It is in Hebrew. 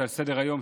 שעל סדר-היום,